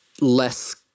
less